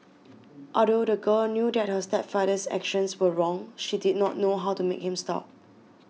although the girl knew that her stepfather's actions were wrong she did not know how to make him stop